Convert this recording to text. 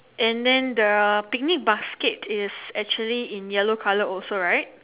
and then the picnic basket is actually in yellow colour also right